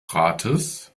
rates